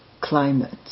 climate